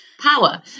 power